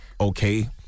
okay